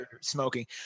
smoking